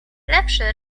lepszy